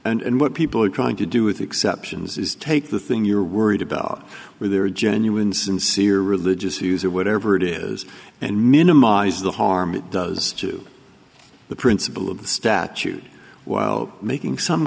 example and what people are trying to do with exceptions is take the thing you're worried about where there are genuine sincere religious views or whatever it is and minimize the harm it does to the principle of the statute while making some